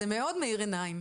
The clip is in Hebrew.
זה מאוד מאיר עיניים.